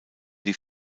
die